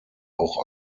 auch